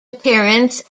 appearance